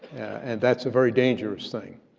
and that's a very dangerous thing.